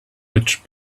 which